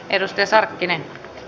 edestä sarkkinen i